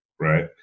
right